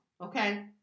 okay